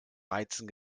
reizen